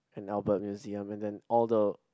in Albert Museum and then all the